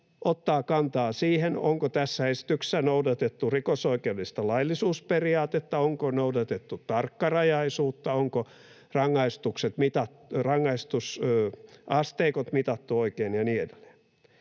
ottaa kantaa siihen, onko tässä esityksessä noudatettu rikosoikeudellista laillisuusperiaatetta, onko noudatettu tarkkarajaisuutta, onko rangaistusasteikot mitattu oikein ja niin edelleen.